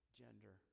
gender